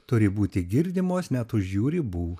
turi būti girdimos net už jų ribų